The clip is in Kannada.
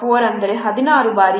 24 ಅಂದರೆ 16 ಬಾರಿ